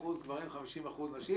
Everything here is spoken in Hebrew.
ב-50% גברים ו-50% נשים.